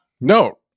No